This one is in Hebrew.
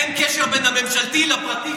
אין קשר בין הממשלתית לפרטית,